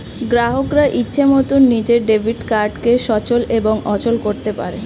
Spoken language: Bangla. গ্রাহকরা ইচ্ছে মতন নিজের ডেবিট কার্ডকে সচল এবং অচল করতে পারে